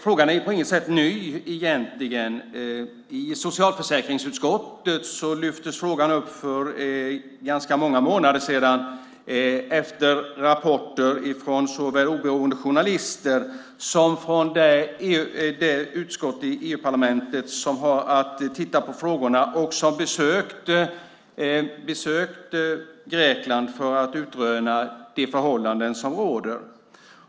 Frågan är på intet sätt ny egentligen. I socialförsäkringsutskottet lyftes frågan fram för ganska många månader sedan efter rapporter från såväl oberoende journalister som det utskott i EU-parlamentet som har att titta på frågorna. Man har besökt Grekland för att utröna de förhållanden som råder.